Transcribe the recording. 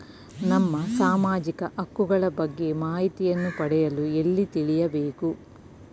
ನಮ್ಮ ಸಾಮಾಜಿಕ ಹಕ್ಕುಗಳ ಬಗ್ಗೆ ಮಾಹಿತಿಯನ್ನು ಪಡೆಯಲು ಎಲ್ಲಿ ತಿಳಿಯಬೇಕು?